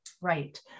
Right